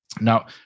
Now